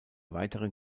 weiteren